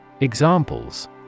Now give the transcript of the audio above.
Examples